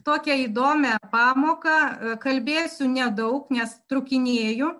tokią įdomią pamoką kalbėsiu nedaug nes trūkinėju